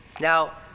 Now